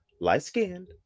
light-skinned